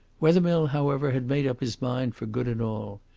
wethermill, however, had made up his mind for good and all.